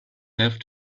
have